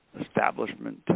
establishment